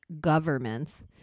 governments